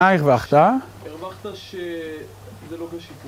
מה הרווחת? הרווחת שזה לא בשיפור